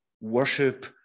worship